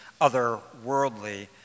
otherworldly